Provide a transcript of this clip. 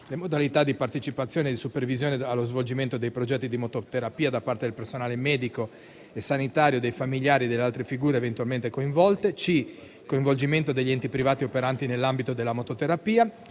le modalità di partecipazione e di supervisione allo svolgimento dei progetti di mototerapia da parte del personale medico e sanitario, dei familiari e delle altre figure eventualmente coinvolte; il coinvolgimento degli enti privati operanti nell'ambito della mototerapia;